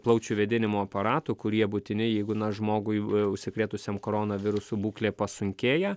plaučių vėdinimo aparatų kurie būtini jeigu na žmogui užsikrėtusiam koronavirusu būklė pasunkėja